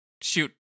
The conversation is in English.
shoot